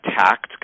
attacked